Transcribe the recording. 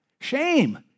shame